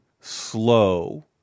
slow